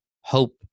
hope